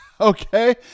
okay